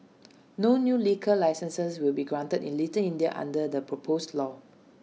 no new liquor licences will be granted in little India under the proposed law